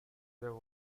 their